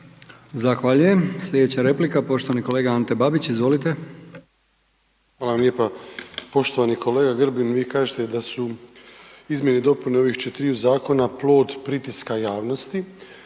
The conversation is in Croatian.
Zahvaljujem. Sljedeća replika, poštovani kolega Ante Babić, izvolite. **Babić, Ante (HDZ)** Hvala lijepa. Poštovani kolega Grbin, vi kažete da su izmjene i dopune ovih četiriju zakona plod pritiska javnosti.